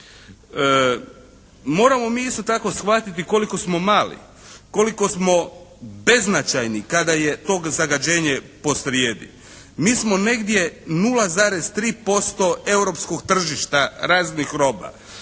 Moramo mi isto tako shvatiti koliko smo mali, koliko smo beznačajni kada je to zagađenje posrijedi. Mi smo negdje 0,3% europskog tržišta raznih roba.